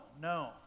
no